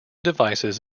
devices